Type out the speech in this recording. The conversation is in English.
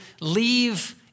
leave